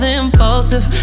impulsive